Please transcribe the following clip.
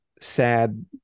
sad